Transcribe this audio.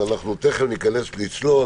תיכף נצלול,